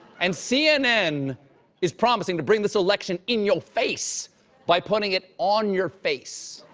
and cnn is promising to bring this election in your face by putting it on your face.